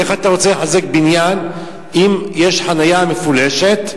איך אתה רוצה לחזק בניין אם יש חנייה מפולשת,